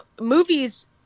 movies